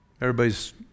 Everybody's